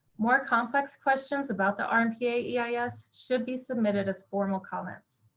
more complex questions about the um rmpa yeah yeah eis should be submitted as formal comments.